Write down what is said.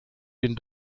den